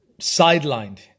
sidelined